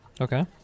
Okay